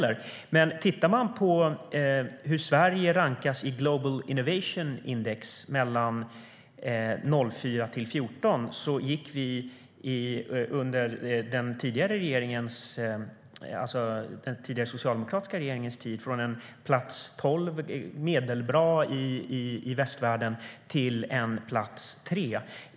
Men om man tittar på hur Sverige rankas i Global Innovation Index mellan 2004 och 2014 ser man att vi under den tidigare socialdemokratiska regeringens tid gick från plats 12, medelbra i västvärlden, till plats 3.